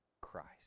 Christ